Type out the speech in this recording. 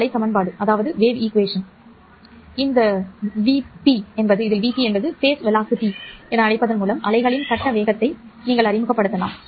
அந்த vp ஐ 1 √με என அழைப்பதன் மூலம் அலைகளின் கட்ட வேகத்தை நீங்கள் மேலும் அறிமுகப்படுத்தலாம்